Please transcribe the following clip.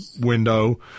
window